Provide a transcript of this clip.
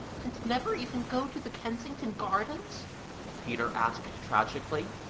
and never even go to the kensington gardens peter asked tragically.